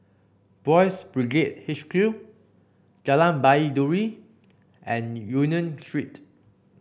Boys' Brigade H Q Jalan Baiduri and Union Street